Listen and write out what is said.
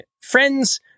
friends